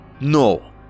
No